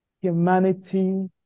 humanity